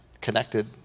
connected